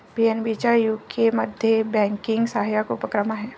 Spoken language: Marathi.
पी.एन.बी चा यूकेमध्ये बँकिंग सहाय्यक उपक्रम आहे